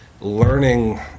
learning